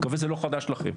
אני מקווה שזה לא חדש לכם,